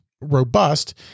robust